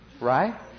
Right